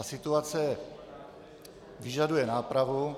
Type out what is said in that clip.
Situace vyžaduje nápravu.